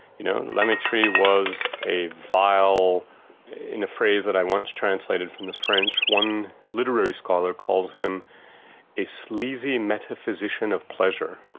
you know, la mettrie was a vile in a phrase that i once translated from the french, one literary scholar calls him a sleazy, metaphysician of pleasure'.